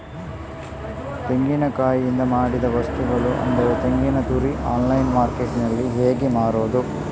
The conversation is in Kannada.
ತೆಂಗಿನಕಾಯಿಯಿಂದ ಮಾಡಿದ ವಸ್ತುಗಳು ಅಂದರೆ ತೆಂಗಿನತುರಿ ಆನ್ಲೈನ್ ಮಾರ್ಕೆಟ್ಟಿನಲ್ಲಿ ಹೇಗೆ ಮಾರುದು?